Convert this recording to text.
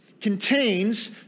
contains